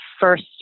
first